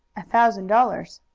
a thousand dollars.